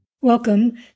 Welcome